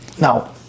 now